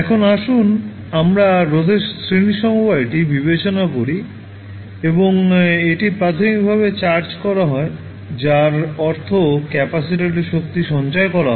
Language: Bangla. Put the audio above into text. এখন আসুন আমরা রোধের শ্রেণী সমবায়টি বিবেচনা করি এবং এটি প্রাথমিকভাবে চার্জ করা হয় যার অর্থ ক্যাপাসিটারে শক্তি সঞ্চয় করা হয়